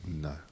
No